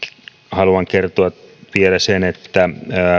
haluan kertoa vielä sen että